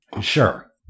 sure